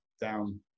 down